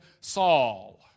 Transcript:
Saul